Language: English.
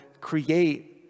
create